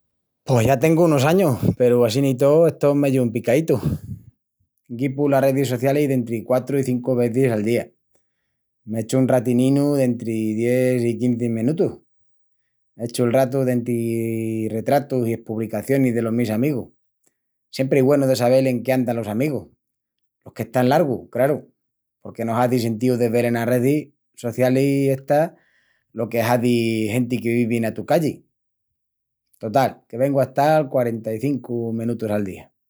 Pos ya tengu unus añus peru, assín i tó, estó meyu empicaítu. Guipu las redis socialis dentri quatru i cincu vezis al día. M'echu un ratininu dentri dies i quinzi menutus: echu el ratu dentri retratus i espubricacionis delos mis amigus. Siempri es güenu de sabel en qué andan los amigus. Los qu'están largu, craru, porque no hazi sentíu de vel enas redis socialis estas lo que hazi genti que vivi ena tu calli. Total, que vengu a estal quarenta-i-cincu menutus al día.